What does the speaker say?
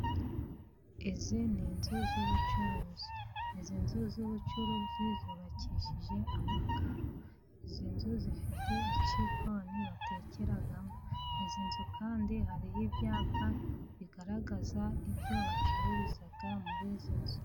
Izi ni inzu z'ubucuruzi izi, inzu z'ubucuruzi zubakishije amakaro, izi nzu zifite igikoni batekeramo, izi nzu kandi hariho ibyapa bigaragaza ibyo bacururiza muri izi nzu.